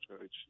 church